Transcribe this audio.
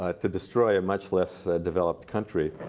ah to destroy a much less developed country.